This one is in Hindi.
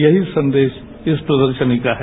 यही संदेश इस प्रदर्शनी का है